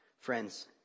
Friends